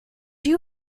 you